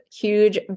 huge